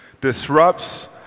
disrupts